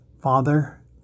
Father